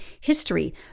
history